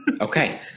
Okay